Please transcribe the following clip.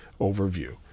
overview